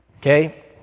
okay